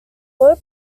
low